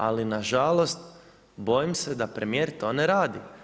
Ali nažalost, bojim se da premijer to ne radi.